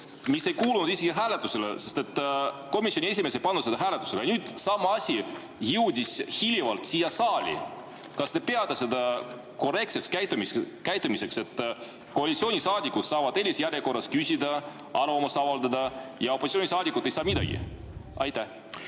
mis ei kuulunud isegi hääletusele, sest komisjoni esimees ei pannud seda hääletusele. Nüüd sama asi jõudis hiilivalt siia saali. Kas te peate seda korrektseks käitumiseks, et koalitsioonisaadikud saavad eelisjärjekorras küsida, arvamust avaldada, aga opositsioonisaadikud ei saa midagi? Austatud